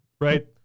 right